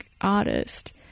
artist